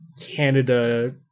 canada